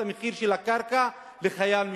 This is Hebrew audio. את המחיר של הקרקע לחייל משוחרר,